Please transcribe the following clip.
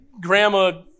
Grandma